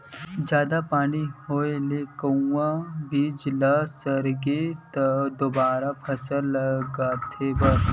जादा पानी होए ले कहूं बीजा ह सरगे त दोबारा फसल लगाए बर परथे